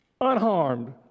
unharmed